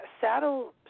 Saddle